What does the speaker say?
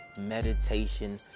meditation